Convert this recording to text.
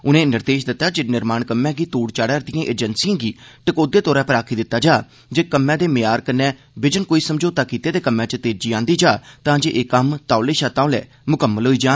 उनें निर्देश दित्ता जे निर्माण कम्मै गी तोड़ चाढ़ा'रदिएं एजंसिएं गी टकोह्दे तौरा पर आक्खी दित्ता जां जे कम्मै दे म्यार कन्नै बिजन कोई समझौता कीते दे कम्मै च तेजी आंदी जा तां जे एह् कम्म तौले मुकम्मल होई सकै